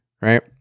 right